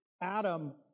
Adam